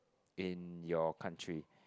in your country